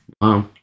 Wow